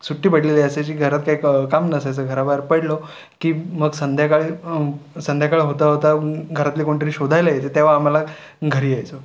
सुट्टी भेटलेली असायची घरात काही क काम नसायचं घराबाहेर पडलो की मग संध्याकाळी संध्याकाळ होता होता घरातले कोणी तरी शोधायला यायचे तेव्हा आम्हाला घरी यायचो